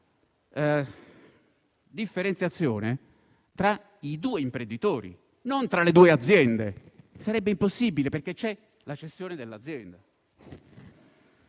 differenziazione tra i due imprenditori, non tra le due aziende, cosa che sarebbe impossibile, perché c'è la cessione dell'azienda.